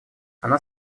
она